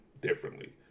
differently